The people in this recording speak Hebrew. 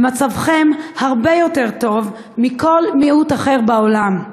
ומצבכם הרבה יותר טוב משל כל מיעוט אחר בעולם.